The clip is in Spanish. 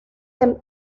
del